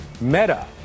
Meta